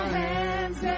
hands